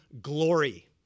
glory